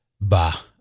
Bah